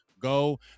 Go